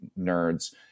nerds